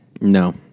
No